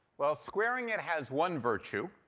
well squaring it has one virtue,